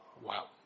Wow